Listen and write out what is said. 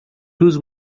duas